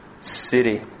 city